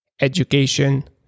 education